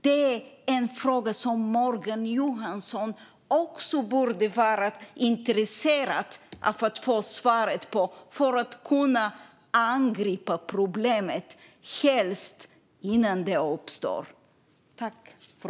Det är en fråga som Morgan Johansson också borde vara intresserad av att få svar på för att kunna angripa problemet, helst innan det uppstår.